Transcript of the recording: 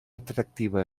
atractiva